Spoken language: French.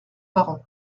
parents